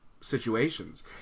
situations